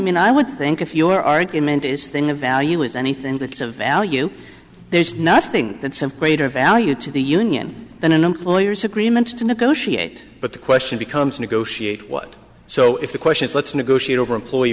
mean i would think if your argument is thin a value is anything that has a value there's nothing that simply made a value to the union than an employer's agreement to negotiate but the question becomes negotiate what so if the question is let's negotiate over employee